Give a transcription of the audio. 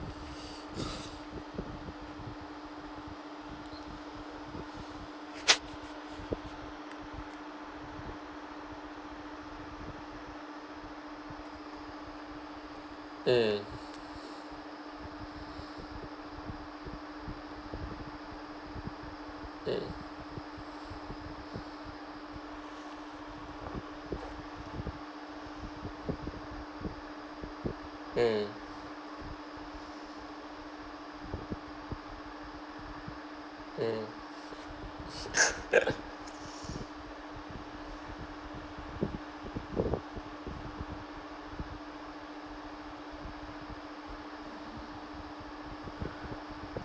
mm mm mm mm